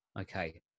okay